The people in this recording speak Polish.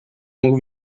mógł